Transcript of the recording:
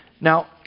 Now